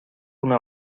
una